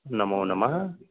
नमोनमः